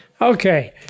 Okay